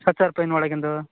ಹತ್ತು ಸಾವಿರ ರುಪಾಯಿಯ ಒಳಗಿಂದು